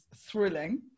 thrilling